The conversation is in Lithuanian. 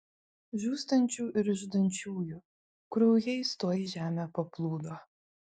žūstančių ir žudančiųjų kraujais tuoj žemė paplūdo